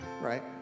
right